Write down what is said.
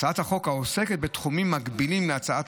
הצעת החוק עוסקת בתחומים מקבילים להצעת